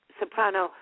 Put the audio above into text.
soprano